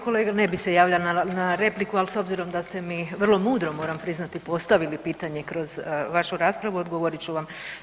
Kolega ne bih se javljala na repliku, ali s obzirom da ste mi vrlo mudro moram priznati postavili pitanje kroz vašu raspravu odgovorit ću vam.